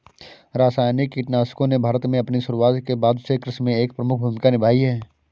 रासायनिक कीटनाशकों ने भारत में अपनी शुरूआत के बाद से कृषि में एक प्रमुख भूमिका निभाई हैं